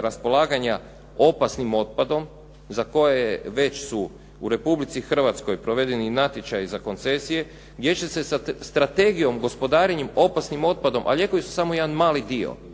raspolaganja opasnim otpadom za koje već su u Republici Hrvatskoj provedeni natječaji na koncesije jer će se sa Strategijom gospodarenjem opasnim otpadom a lijekovi su samo jedan mali dio.